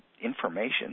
information